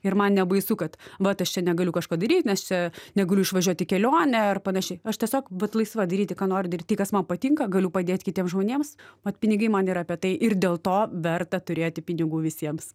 ir man nebaisu kad vat aš čia negaliu kažko daryt nes čia negaliu išvažiuot į kelionę ar panašiai aš tiesiog vat laisva daryti ką noriu daryt tai kas man patinka galiu padėt kitiem žmonėms vat pinigai man yra apie tai ir dėl to verta turėti pinigų visiems